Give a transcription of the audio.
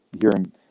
hearing